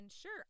sure